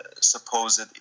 supposed